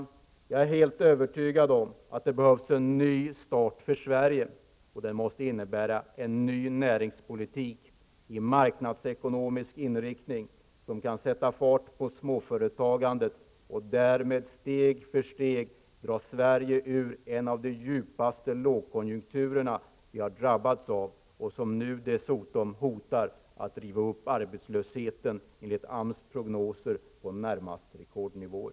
Jag är helt övertygad om att det behövs en ny start för Sverige, och den måste innebära en ny näringspolitik med marknadsekonomisk inriktning som kan sätta fart på småföretagandet och därmed steg för steg dra Sverige ur en av de djupaste lågkonjunkturer som vi har drabbats av och som nu dessutom enligt AMS prognoser hotar att driva upp arbetslösheten till närmast rekordnivåer.